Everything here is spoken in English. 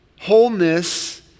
wholeness